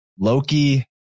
Loki